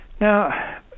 Now